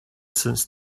since